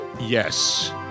Yes